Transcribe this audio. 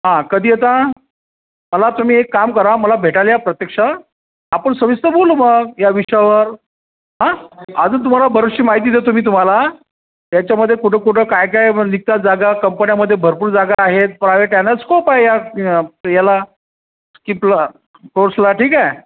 हा कधी येता मला तुम्ही एक काम करा मला भेटायला या प्रत्यक्ष आपण सविस्तर बोलू मग या विषयावर हां अजून तुम्हाला बरीचशी माहिती देतो मी तुम्हाला याच्यामध्ये कुठं कुठं काय काय निघतात जागा कंपन्यामध्ये भरपूर जागा आहेत प्रायव्हेट याला स्कोप आहे या याला स्किपला कोर्सला ठीक आहे